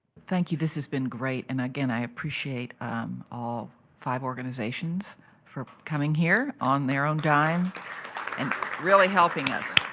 thank you. this has been great. and again, i appreciate all five organizations for coming here on their own dime and really helping us.